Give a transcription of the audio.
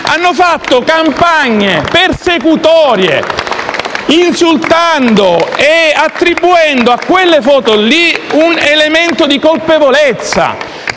hanno fatto campagne persecutorie, insultando e attribuendo a quelle foto un elemento di colpevolezza.